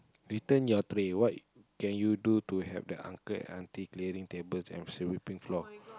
return your tray what can you do to help the uncle and auntie clearing tables and sweeping floor